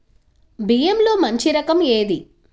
బియ్యంలో మంచి రకం ఏది?